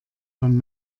von